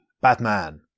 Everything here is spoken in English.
Batman